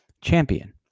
champion